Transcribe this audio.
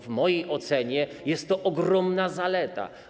W mojej ocenie jest to ogromna zaleta.